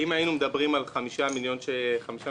אם היינו מדברים על חמישה מיליון שקלים,